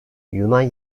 yunan